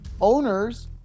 owners